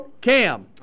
cam